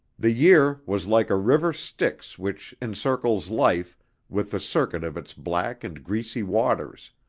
the year was like a river styx which encircles life with the circuit of its black and greasy waters,